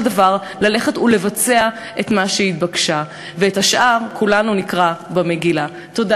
כנסת הצעה לתיקון החוק שקבעה כי החובה לערוך משאל עם במקרה של הסכם